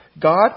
God